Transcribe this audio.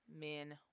men